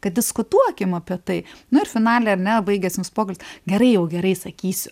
kad diskutuokim apie tai nu ir finale ar ne baigiasi mūsų pokalbis gerai jau gerai sakysiu